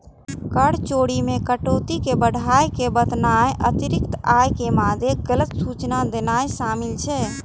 कर चोरी मे कटौती कें बढ़ाय के बतेनाय, अतिरिक्त आय के मादे गलत सूचना देनाय शामिल छै